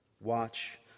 watch